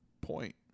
point